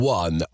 one